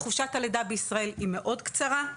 חופשת הלידה בישראל היא מאוד קצרה,